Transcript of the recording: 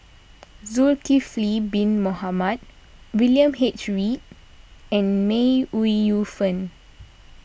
Zulkifli Bin Mohamed William H Read and May Ooi Yu Fen